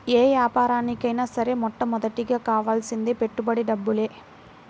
యే యాపారానికైనా సరే మొట్టమొదటగా కావాల్సింది పెట్టుబడి డబ్బులే